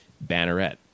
banneret